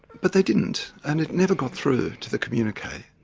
but they didn't. and it never got through to the communique.